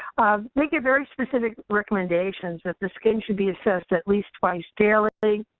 um they give very specific recommendations that the skin should be assessed at least twice daily,